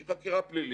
שהיא חקירה פלילית,